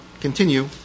continue